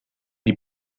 die